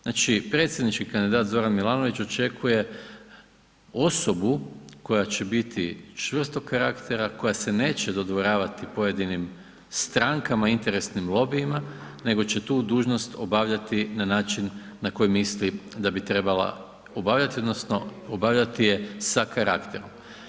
Znači predsjednički kandidat Zoran Milanović očekuje osobu koja će biti čvrstog karaktera, koja se neće dodvoravati pojedinim strankama, interesnim lobijima nego će tu dužnost obavljati na način na koji misli da bi trebala obavljati odnosno obavljati je sa karakterom.